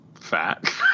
fat